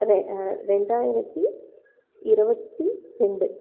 ரெ ரெண்டாயிரத்தி இருபத்தி ரெண்டு